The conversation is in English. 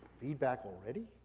feedback already?